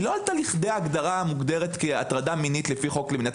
לא עלתה לכדי ההגדרה המוגדרת כהטרדה מינית לפי חוק למניעת